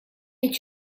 est